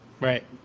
Right